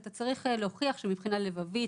צריך להוכיח שמבחינה לבבית,